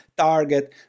target